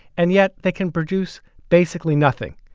and yet they can produce basically nothing.